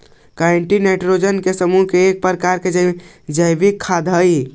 chitin nitrogen के समूह के एक प्रकार के जैविक खाद हई